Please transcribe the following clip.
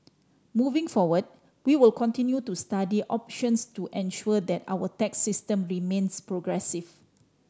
moving forward we will continue to study options to ensure that our tax system remains progressive